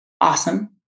Awesome